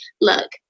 look